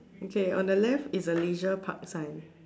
okay on the left is a leisure park sign